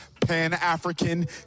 Pan-African